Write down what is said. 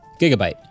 Gigabyte